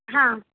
हां